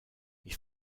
ich